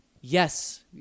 Yes